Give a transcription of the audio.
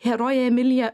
heroje emilija